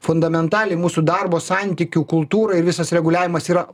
fundamentaliai mūsų darbo santykių kultūra ir visas reguliavimas yra